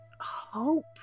hope